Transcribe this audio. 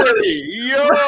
Yo